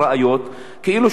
כאילו שום דבר לא קרה.